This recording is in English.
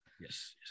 Yes